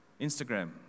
Instagram